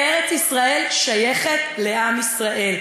ארץ-ישראל שייכת לעם ישראל.